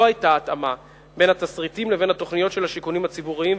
היתה התאמה בין התשריטים לבין התוכניות של השיכונים הציבוריים,